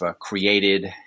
created